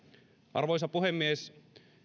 arvoisa puhemies